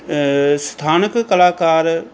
ਸਥਾਨਕ ਕਲਾਕਾਰ